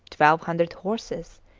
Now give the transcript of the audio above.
twelve hundred horses,